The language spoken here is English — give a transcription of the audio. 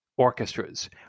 Orchestras